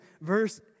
verse